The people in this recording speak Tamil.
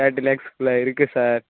பேட்ரி லைஃபுக்கல்லா இருக்குது சார்